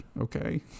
Okay